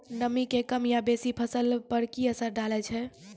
नामी के कम या बेसी फसल पर की असर डाले छै?